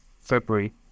February